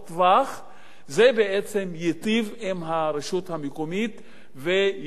זה בעצם ייטיב עם הרשות המקומית וישדרג אותה הלאה.